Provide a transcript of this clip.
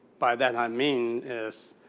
by that, i mean is,